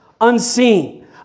unseen